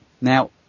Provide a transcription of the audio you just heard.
Now